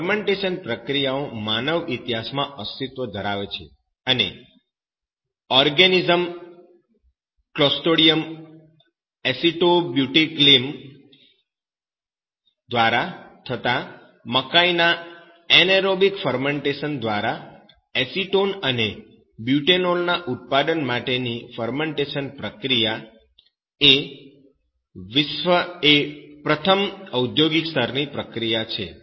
fermentation પ્રક્રિયાઓ માનવ ઈતિહાસમાં અસ્તિત્વ ધરાવે છે અને ઓર્ગેનિઝમ ક્લોસ્ટ્રિડિયમ એસેટોબ્યુટીલિકમ દ્વારા થતાં મકાઈના એનએરોબિક ફરમેન્ટેશન દ્વારા એસિટોન અને બ્યુટેનોલ ના ઉત્પાદન માટેની ફરમેન્ટેશન પ્રક્રિયા આલ્કોહોલિક પીણા સિવાય એ પ્રથમ ઔદ્યોગિક સ્તરની પ્રક્રિયા છે